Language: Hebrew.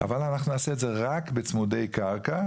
אבל אנחנו נעשה את זה רק בצמודי קרקע,